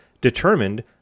determined